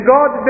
God